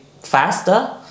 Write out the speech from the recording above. faster